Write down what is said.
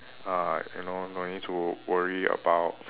ah you know no need to worry about